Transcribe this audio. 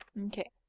Okay